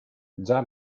già